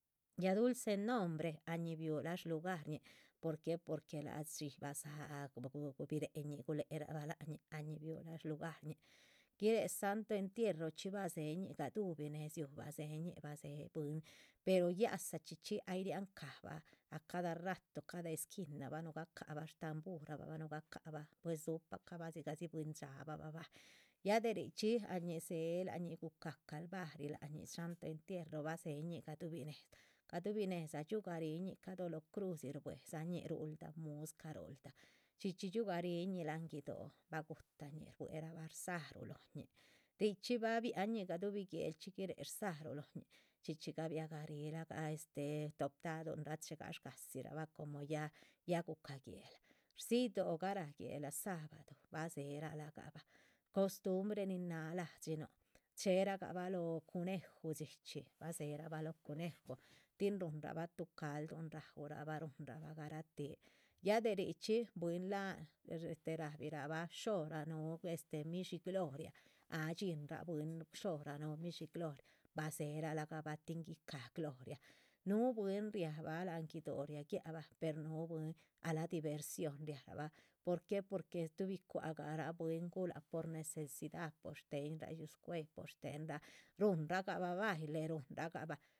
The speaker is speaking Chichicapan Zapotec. Ya dulce nombre ahñi biulah shluharñih porque porque lac dxí badzáha bireh ñih, gulehec ra bah lac ñih ahñih biuhla shlugarñih, guiréhe santo entierro horchxí. bah dzéheñih gaduhubi nedzíu bah dzéheñih, dzé neh buin pero yadza chxí chxí ay rian cahbah ah cada rato cada esquina ahba nuga cahbah stamburabah ahbah bugacahbah. pues dzupa cahbah dzigahdzi bwín dxáaaba, dzubah bah, ya de richxí ahñih dzéhe ah ñih gucáha calvarih lac ñih santo entierro ah dzéheñin gadubih néhedza gaduhubi nédza. dxiugariñih, cada lóho crudzi shbuedza ñih, ruhulda muscah, ruhulda chxí chxí dxiu garihiñin láhan guido´, ba guhutañih, rubuerabah rdzaruh lóho ñih, richxí. bah bian ñih, gaduhubi guélchxi giréhe rdzaruh lóhoñi, chxíchxí gabiagarih lah gah este toptaduhunra che gash gadzira bah como ya ya gu´ca guéhla, rdzíyih dóho garah guéhla. sabado bah dzéhera la gahbah, costumbre nin náha lahdxinuh chéhera gabah lóho cuneju, dxichxí, bah dzéherabah lóho cuneju rin ruhunrabah tuh calduh raurabah ruhunrabah. garatih ya de richxí bwín láha rabira bah shora núhu este midshí gloria dxínrah bwínraa núhu midshí gloria, bah dzéra lagah bah tin guicáha gloria, núhu. bwín riabha láhan guido´, riagiah bah núhu bwín ah la diversión riá rahbah porque porque shtuhubi cua´ra gah bwín gulah por necesidad por shtéhen ruá yúhu scueyih por. shtéhenra ruhunragah bah baile ruhunragah bah.